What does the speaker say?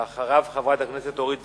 לאחריו, חברת הכנסת אורית זוארץ.